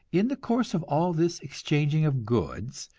in the course of all this exchanging of goods,